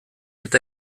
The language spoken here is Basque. eta